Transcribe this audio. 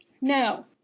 Now